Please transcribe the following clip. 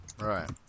Right